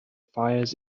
fires